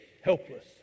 helpless